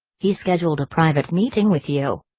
he scheduled a private meeting with you.